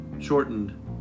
shortened